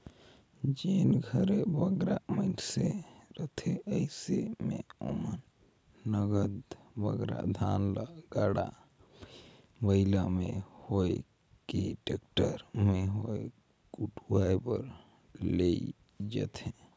जेन घरे बगरा मइनसे रहथें अइसे में ओमन नगद बगरा धान ल गाड़ा बइला में होए कि टेक्टर में होए कुटवाए बर लेइजथें